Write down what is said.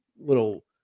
little